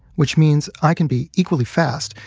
which means i can be equally fast,